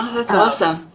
that's awesome.